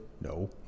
No